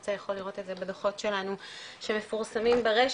רוצה יכול לראות את זה בדוחות שלנו שמפורסמים ברשת,